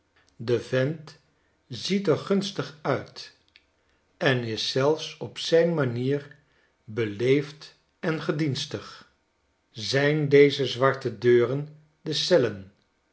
de vent ziet er gunstig uit en is zelfs op zijn manier beleefd en gedienstig zijn deze zwarto deuren de cellen